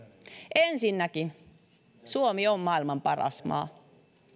ensinnäkin suomi on maailman paras maa